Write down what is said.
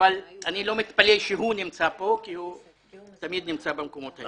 אני לא מתפלא שהוא נמצא כאן כי הוא תמיד נמצא במקומות האלה.